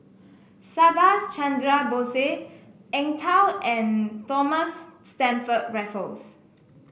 Subhas Chandra Bose Eng Tow and Thomas Stamford Raffles